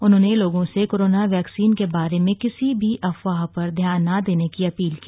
उन्होंने लोगों से कोरोना वैक्सीन के बारे में किसी भी अफवाह पर ध्यान ना देने की अपील की